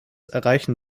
erreichen